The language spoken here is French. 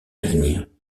ligne